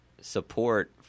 support